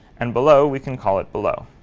and below, we can call it below.